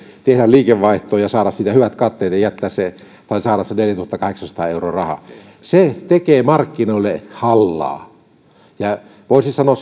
tehdä liikevaihtoa ja saada siitä hyvät katteet ja saada sen neljätuhattakahdeksansataa euroa rahaa se tekee markkinoille hallaa täytyy sanoa